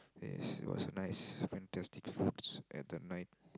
yes it was nice fantastic foods at the night